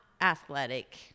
athletic